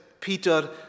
Peter